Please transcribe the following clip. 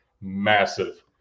Massive